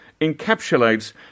encapsulates